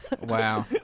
Wow